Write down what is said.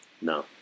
no